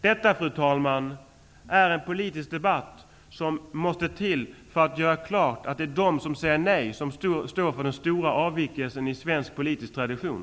Detta, fru talman, är en politisk debatt som måste till för att göra klart att det är de som säger nej som står för den stora avvikelsen i svensk politisk tradition.